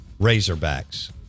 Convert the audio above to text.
Razorbacks